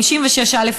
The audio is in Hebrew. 56(א),